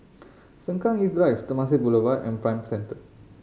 Sengkang East Drive Temasek Boulevard and Prime Centre